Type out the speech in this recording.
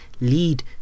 lead